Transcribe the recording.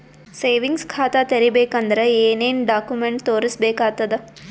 Savings ಖಾತಾ ತೇರಿಬೇಕಂದರ ಏನ್ ಏನ್ಡಾ ಕೊಮೆಂಟ ತೋರಿಸ ಬೇಕಾತದ?